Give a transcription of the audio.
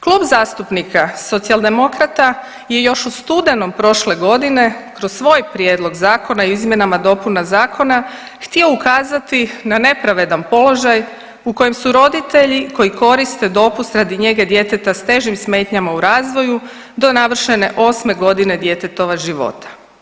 Klub zastupnika Socijaldemokrata je još u studenom prošle godine kroz svoj Prijedlog zakona o izmjenama i dopuna zakona htio ukazati na nepravedan položaj u kojem su roditelji koji koriste dopust radi njege djeteta s težim smetnjama u razvoju do navršene osme godine djetetova života.